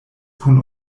kun